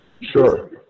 Sure